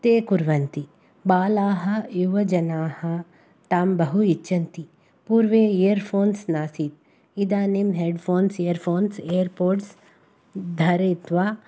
ते कुर्वन्ति बालाः युवजनाः तां बहु इच्छन्ति पूर्वे इयर् फ़ोन्स् नासीत् इदानीं headphones earphones AirPods धृत्वा